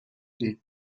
league